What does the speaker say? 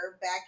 back